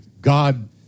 God